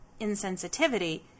insensitivity